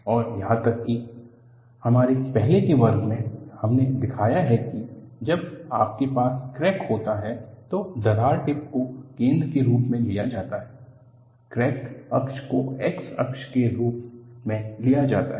और यहां तक कि हमारे पहले के वर्ग में हमने दिखाया है कि जब आपके पास क्रैक होता है तो दरार टिप को केंद्र के रूप में लिया जाता है क्रैक अक्ष को X अक्ष के रूप में लिया जाता है